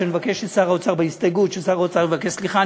כשאני אבקש בהסתייגות ששר האוצר יבקש סליחה,